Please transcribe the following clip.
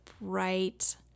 bright